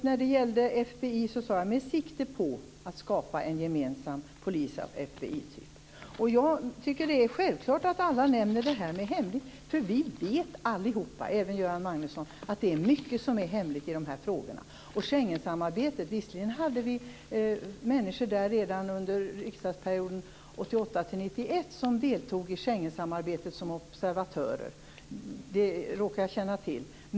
När det gäller FBI sade jag: Med sikte på att skapa en gemensam polis av FBI-typ. Jag tycker att det är självklart att alla nämner detta med att det är hemligt, eftersom vi alla vet, även Göran Magnusson, att det är mycket som är hemligt i dessa frågor. Visserligen deltog en del människor som observatörer i Schengensamarbetet redan under riksdagsperioden 1988-1991. Det råkar jag känna till.